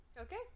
Okay